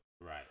Right